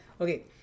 okay